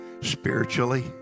spiritually